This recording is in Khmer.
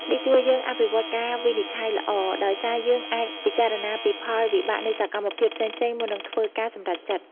នេះជួយយើង អភិវឌ្ឍការវិនិច្ឆ័យល្អ ដោយសារយើងអាចពិចារណាពីផលវិបាកនៃសកម្មភាពផ្សេងៗមុននឹងធ្វើការសម្រេចចិត្ត។